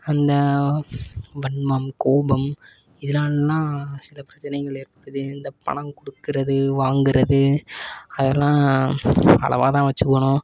அந்த வன்மம் கோபம் இதனாலலாம் சில பிரச்சனைகள் ஏற்படுது இந்த பணம் கொடுக்குறது வாங்குகிறது அதெல்லாம் அளவாக தான் வெச்சிக்கணும்